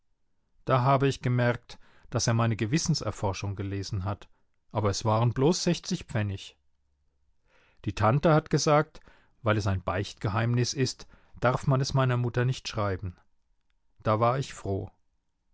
da habe ich gemerkt daß er meine gewissenserforschung gelesen hat aber es waren bloß sechzig pfennig die tante hat gesagt weil es ein beichtgeheimnis ist darf man es meiner mutter nicht schreiben da war ich froh